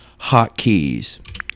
Hotkeys